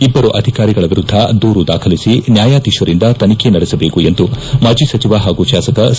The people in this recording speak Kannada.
ಇಬ್ಬರು ಅಧಿಕಾರಿಗಳ ವಿರುದ್ದ ದೂರು ದಾಖಲಿಸಿ ನ್ಯಾಯಾಧೀಶರಿಂದ ತನಿಖೆ ನಡೆಸಬೇಕೆಂದು ಮಾಜಿ ಸಚಿವ ಹಾಗೂ ಶಾಸಕ ಸಾ